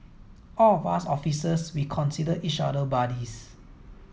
all of us officers we consider each other buddies